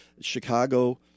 Chicago